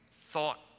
thought